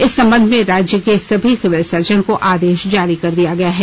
इस संबंध में राज्य के सभी सिविल सर्जन को आदेश जारी कर दिया गया है